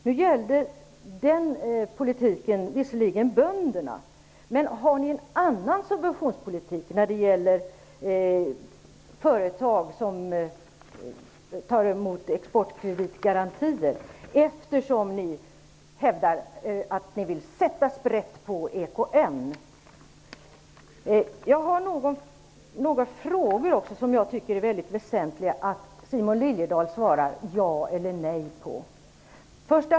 Nu gällde den politiken visserligen bönderna, men har ni en annan subventionspolitik när det gäller företag som tar emot exportkreditgarantier, eftersom ni hävdar att ni vill sätta sprätt på EKN? Jag har några frågor, som jag vill att Simon Liliedahl svarar ja eller nej på. 1.